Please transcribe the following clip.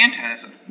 phantasm